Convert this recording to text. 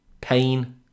pain